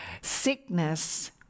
Sickness